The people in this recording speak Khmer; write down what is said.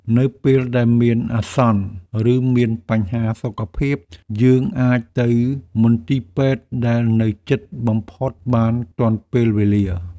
នៅពេលដែលមានអាសន្ន ឬមានបញ្ហាសុខភាព យើងអាចទៅមន្ទីរពេទ្យដែលនៅជិតបំផុតបានទាន់ពេលវេលា។